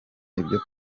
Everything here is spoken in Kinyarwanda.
ibyo